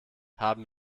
haben